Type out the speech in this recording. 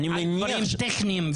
בלבד.